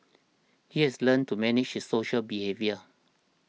he has learnt to manage social behaviour